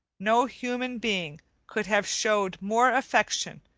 no human being could have showed more affection,